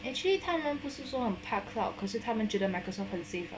actually 他们不是说很怕 cloud 可是他们觉得 Microsoft 很 safe lah